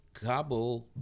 Cabo